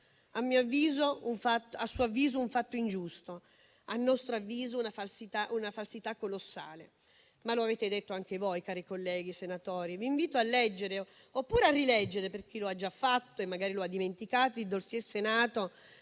A suo avviso, un fatto ingiusto; a nostro avviso, una falsità colossale, ma lo avete detto anche voi, cari colleghi senatori. Vi invito a leggere - oppure a rileggere, per chi lo ha già fatto e magari lo ha dimenticato - il *dossier* Senato